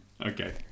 Okay